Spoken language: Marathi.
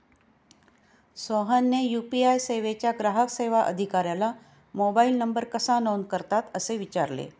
सोहनने यू.पी.आय सेवेच्या ग्राहक सेवा अधिकाऱ्याला मोबाइल नंबर कसा नोंद करतात असे विचारले